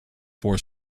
four